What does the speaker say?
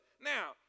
Now